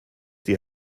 die